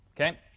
okay